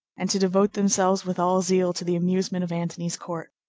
and to devote themselves with all zeal to the amusement of antony's court.